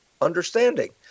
understanding